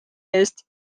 eest